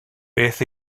beth